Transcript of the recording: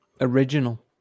original